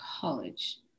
college